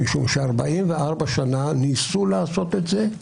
משום ש-44 שנים ניסו לעשות את זה,